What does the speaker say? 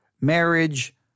marriage